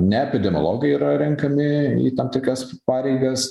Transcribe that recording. ne epidemiologai yra renkami į tam tikras pareigas